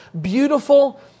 beautiful